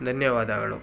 ಧನ್ಯವಾದಗಳು